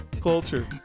Culture